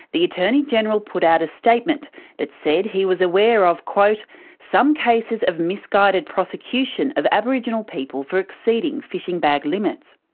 the attorney general put out a statement that said he was aware of some cases of misguided prosecution of aboriginal people for exceeding fishing bag limits.